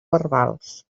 verbals